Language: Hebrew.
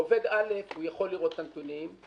עובד א' יכול לראות את הנתונים,